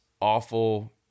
awful